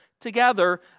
together